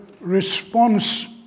response